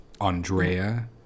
Andrea